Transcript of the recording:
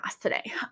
today